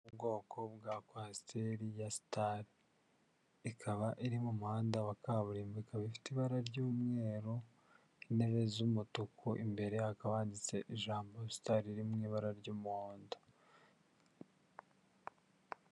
Ubwoko bwa Coaster ya Star, ikaba iri mu muhanda wa kaburimbo, ikaba ifite ibara ry'umweru, intebe z'umutuku, imbere hakaba handitseho ijambo Star riri mu ibara ry'umuhondo.